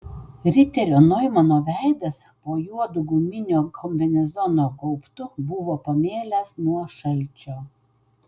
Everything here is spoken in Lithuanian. riterio noimano veidas po juodu guminio kombinezono gaubtu buvo pamėlęs nuo šalčio